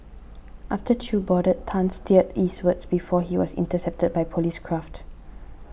after Chew boarded Tan steered eastwards before he was intercepted by police craft